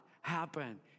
happen